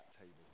table